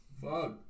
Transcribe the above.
Fuck